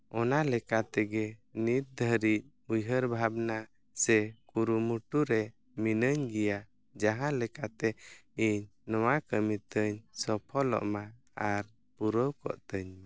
ᱚᱱᱟ ᱞᱮᱠᱟ ᱛᱮᱜᱮ ᱱᱤᱛ ᱫᱷᱟᱹᱨᱤᱡ ᱩᱭᱦᱟᱹᱨ ᱵᱷᱟᱵᱽᱱᱟ ᱥᱮ ᱠᱩᱨᱩᱢᱩᱴᱩ ᱨᱮ ᱢᱤᱱᱟᱹᱧ ᱜᱮᱭᱟ ᱡᱟᱦᱟᱸ ᱞᱮᱠᱟᱛᱮ ᱤᱧ ᱱᱚᱣᱟ ᱠᱟᱹᱢᱤ ᱛᱟᱹᱧ ᱥᱚᱯᱷᱚᱞᱚᱜ ᱢᱟ ᱟᱨ ᱯᱩᱨᱟᱹᱣ ᱠᱚᱜ ᱛᱤᱧ ᱢᱟ